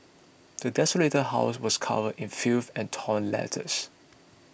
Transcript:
the desolated house was covered in filth and torn letters